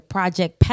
Project